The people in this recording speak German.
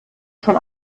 schon